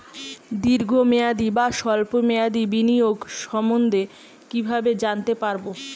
দীর্ঘ মেয়াদি বা স্বল্প মেয়াদি বিনিয়োগ সম্বন্ধে কীভাবে জানতে পারবো?